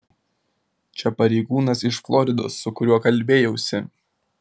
čia pareigūnas iš floridos su kuriuo kalbėjausi